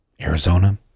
Arizona